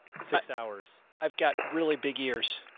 six hours. i've got really big ears.